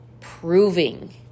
proving